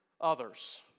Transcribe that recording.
others